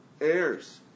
heirs